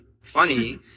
funny